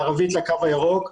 מערבית לקו הירוק,